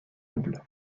double